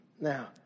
Now